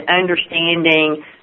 understanding